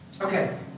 Okay